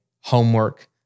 homework